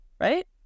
right